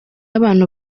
abantu